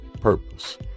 purpose